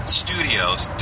studios